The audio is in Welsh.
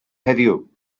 heddiw